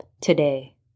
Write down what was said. today